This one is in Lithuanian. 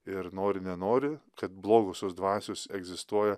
ir nori nenori kad blogosios dvasios egzistuoja